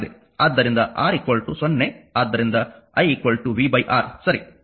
ಆದ್ದರಿಂದ R 0 ಆದ್ದರಿಂದ i v R ಸರಿ